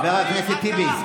חבר הכנסת טיבי.